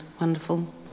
wonderful